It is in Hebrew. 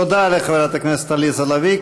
תודה לחברת הכנסת עליזה לביא.